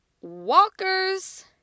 walkers